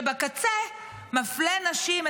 שבקצה מפלה נשים,